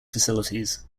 facilities